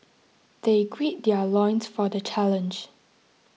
they grid their loins for the challenge